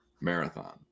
marathon